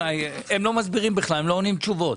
הם לא מסבירים בכלל הם לא עונים תשובות,